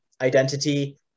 identity